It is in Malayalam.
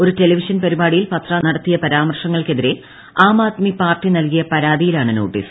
ഒരു ടെലിവിഷൻ പരിപാടിയിൽ പത്ര നടത്തിയ പരാമർശങ്ങൾക്കെതിരെ ആം ആദ്മി പാർട്ടി നൽകിയ പരാതിയിലാണ് നോട്ടീസ്